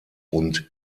und